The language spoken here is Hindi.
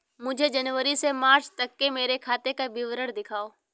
मुझे जनवरी से मार्च तक मेरे खाते का विवरण दिखाओ?